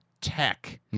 tech